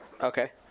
Okay